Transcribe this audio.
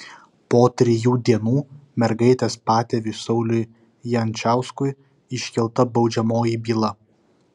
po trijų dienų mergaitės patėviui sauliui jančiauskui iškelta baudžiamoji byla